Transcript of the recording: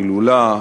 הילולה,